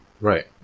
Right